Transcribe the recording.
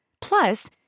Plus